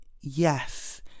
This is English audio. yes